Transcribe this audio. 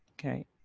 okay